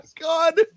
god